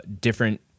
different